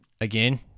Again